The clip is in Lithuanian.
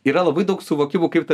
yra labai daug suvokimų kaip ta